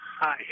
Hi